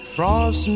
Frost